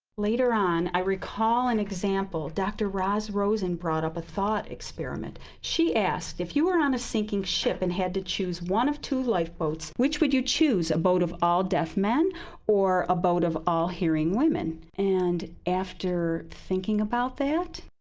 later on, i recall an example. dr. roz rosen brought up or thought experiment. she asked, if you were on a sinking ship and had to choose one of two lifeboats, which would you choose, a boat of all deaf men or a boat of all hearing women? and after thinking about that,